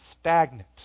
stagnant